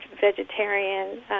vegetarian